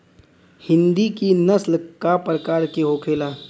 हिंदी की नस्ल का प्रकार के होखे ला?